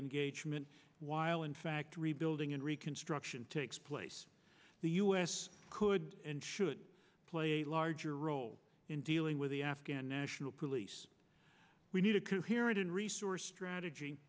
engagement while in fact rebuilding and reconstruction takes place the u s could and should play a larger role in dealing with the afghan national police we need a can hear it in resource strategy